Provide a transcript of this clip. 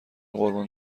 قربون